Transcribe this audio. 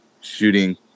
shooting